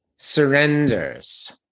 surrenders